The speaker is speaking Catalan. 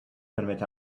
permet